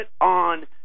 on